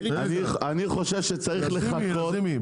לזימי,